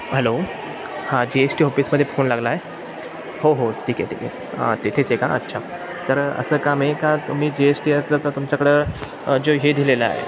hello हां जी S T ऑफिसमध्ये फोन लागला आहे हो हो ठीक आहे ठीक आहे हां तेथेच आहे का अच्छा तर असं काम आहे का तुम्ही जी एश टी अर्जाचा तुमच्याकडं जो हे दिलेला आहे